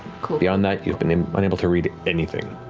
beyond that, you're unable to read anything.